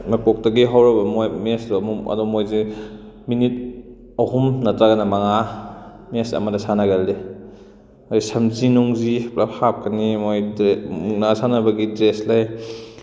ꯃꯀꯣꯛꯇꯒꯤ ꯍꯧꯔꯒ ꯃꯣꯏ ꯃꯦꯁꯇꯨ ꯑꯃꯨꯛ ꯑꯗꯣ ꯃꯈꯣꯏꯁꯦ ꯃꯤꯅꯤꯠ ꯑꯍꯨꯝ ꯅꯠꯇ꯭ꯔꯒꯅ ꯃꯉꯥ ꯃꯦꯁ ꯑꯃꯗ ꯁꯥꯟꯅꯒꯜꯂꯤ ꯁꯝꯖꯤ ꯅꯨꯡꯖꯤ ꯄꯨꯂꯞ ꯍꯥꯞꯀꯅꯤ ꯃꯣꯏ ꯃꯨꯛꯅꯥ ꯁꯥꯟꯅꯕꯒꯤ ꯗ꯭ꯔꯦꯁ ꯂꯩ